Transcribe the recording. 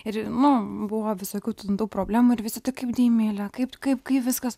ir nu buvo visokių ten tų problemų ir visi tai kaip deimilė kaip kaip kai viskas